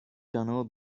tunnel